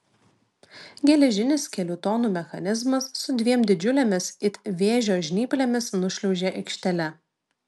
geležinis kelių tonų mechanizmas su dviem didžiulėmis it vėžio žnyplėmis nušliaužė aikštele